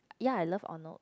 ya I love Arnold's